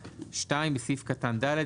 הוועדה)"; (2) בסעיף קטן (ד),